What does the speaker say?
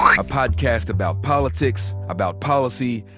a podcast about politics, about policy,